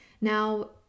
Now